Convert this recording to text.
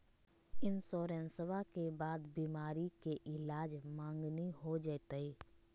इंसोरेंसबा के बाद बीमारी के ईलाज मांगनी हो जयते?